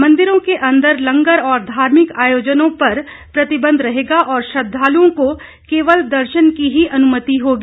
मन्दिरों के अन्दर लंगर और धार्मिक आयोजनों पर प्रतिबन्ध रहेगा और श्रद्धालुओं को केवल दर्शन की ही अनुमति होगी